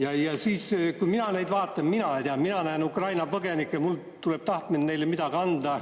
Ja kui mina neid vaatan, ma ei tea, mina näen Ukraina põgenikke, mul tuleb tahtmine neile midagi anda,